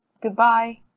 Goodbye